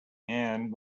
and